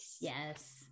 Yes